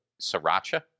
sriracha